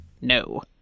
No